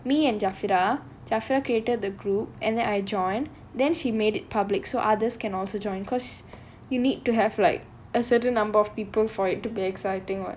me and jaafra jaafra created the group and then I join then she made it public so others can also join because you need to have like a certain number of people for it to be exciting [what]